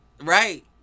right